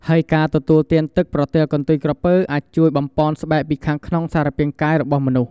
ហើយការទទួលទានទឹកប្រទាលកន្ទុយក្រពើអាចជួយបំប៉នស្បែកពីខាងក្នុងសារពាង្គកាយរបស់មនុស្ស។